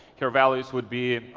her values would be,